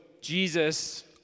Jesus